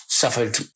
suffered